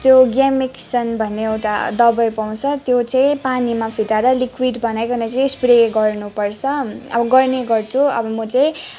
त्यो ग्यामेक्सन भन्ने एउटा दबाई पाउँछ त्यो चाहिँ पानीमा फिटाएर लिक्विड बनाइकन स्प्रे गर्नुपर्छ अब गर्ने गर्छु अब म चाहिँ